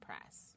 Press